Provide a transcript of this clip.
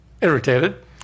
irritated